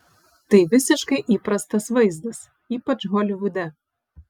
tai visiškai įprastas vaizdas ypač holivude